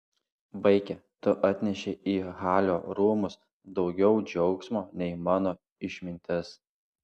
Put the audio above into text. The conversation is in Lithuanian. vaike tu atnešei į halio rūmus daugiau džiaugsmo nei mano išmintis